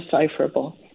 decipherable